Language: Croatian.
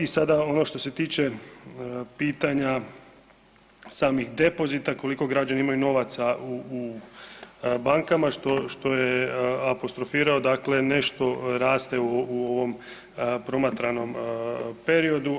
I sada ono što se tiče pitanja samih depozita koliko građani imaju novaca u bankama što je apostrofirao dakle nešto raste u ovom promatranom periodu.